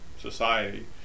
society